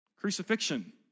Crucifixion